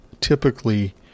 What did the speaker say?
typically